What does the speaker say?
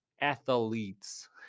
Athletes